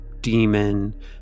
demon